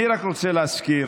אני רק רוצה להזכיר